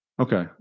Okay